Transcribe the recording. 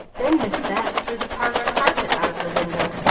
then miss bat threw the parlor carpet out of the window,